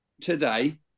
today